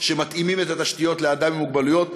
שמתאימים את התשתיות לאדם עם מוגבלות,